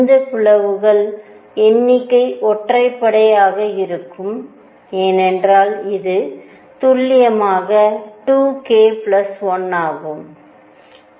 இந்த பிளவுகளின் எண்ணிக்கை ஒற்றைப்படை ஆக இருக்கும் ஏனென்றால் இது துல்லியமாக 2 k 1 ஆகும்